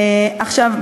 עכשיו,